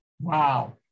Wow